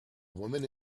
woman